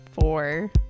four